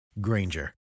Granger